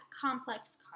complex